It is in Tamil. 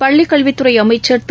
பள்ளிக்கல்வித்துறை அமைச்சர் திரு